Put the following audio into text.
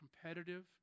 competitive